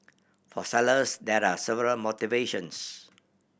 for sellers there are several motivations